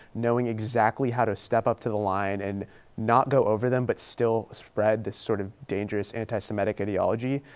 knowing exactly how to step up to the line and not go over them but still spread this sort of dangerous anti-semitic ideology.